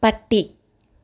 പട്ടി